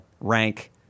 rank